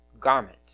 garment